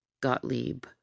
Gottlieb